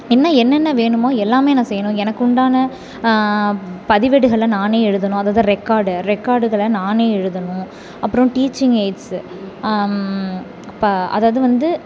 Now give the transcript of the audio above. இன்னும் என்னென்ன வேணுமோ எல்லாமே நான் செய்யணும் எனக்குண்டான பதிவேடுகளை நானே எழுதணும் அதாவது ரெக்கார்டு ரெக்கார்டுகளை நானே எழுதணும் அப்புறம் டீச்சிங் எயிட்ஸு இப்போ அதாவது வந்து